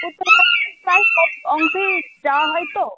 উত্তর ভারতের প্রায় সব অংশই যাওয়া হয় তো